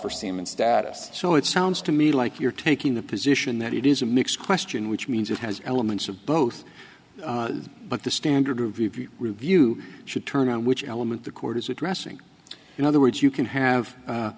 for semen status so it sounds to me like you're taking the position that it is a mixed question which means it has elements of both but the standard of review review should turn on which element the court is addressing in other words you can have